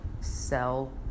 sell